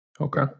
Okay